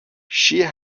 she